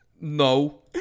No